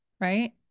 right